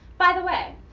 by the way,